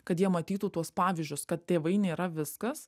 kad jie matytų tuos pavyzdžius kad tėvai nėra viskas